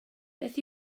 beth